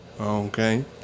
Okay